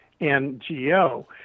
NGO